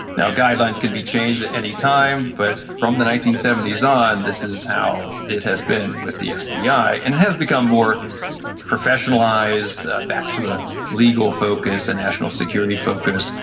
guidelines can be changed at any time, but from the nineteen seventy s on this is how it has been with the fbi, yeah and it has become more professionalised, back to a legal focus, a national security focus,